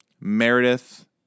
Meredith